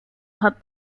had